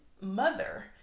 mother